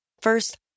First